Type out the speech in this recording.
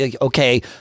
Okay